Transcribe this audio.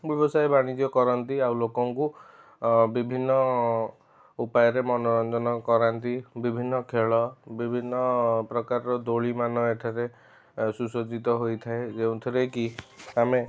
ବ୍ୟବସାୟ ବାଣିଜ୍ୟ କରନ୍ତି ଆଉ ଲୋକଙ୍କୁ ବିଭିନ୍ନ ଉପାୟରେ ମନୋରଞ୍ଜନ କରାନ୍ତି ବିଭିନ୍ନ ଖେଳ ବିଭିନ୍ନ ପ୍ରକାରର ଦୋଳି ମାନ ଏଠାରେ ସୁସଜ୍ଜିତ ହୋଇଥାଏ ଯେଉଁଥିରେ କି ଆମେ